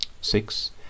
Six